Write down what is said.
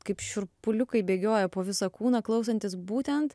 kaip šiurpuliukai bėgioja po visą kūną klausantis būtent